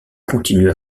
continue